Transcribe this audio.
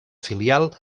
filial